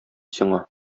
сиңа